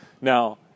now